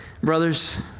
Brothers